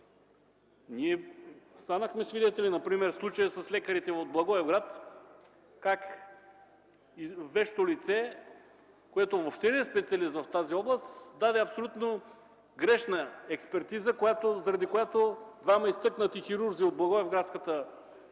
Ние станахме свидетели, например, при случая с лекарите от Благоевград, на това как вещо лице, което въобще не е специалист в тази област, даде абсолютно грешна експертиза, заради която двама изтъкнати хирурзи от благоевградската